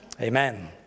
Amen